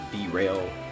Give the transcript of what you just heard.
derail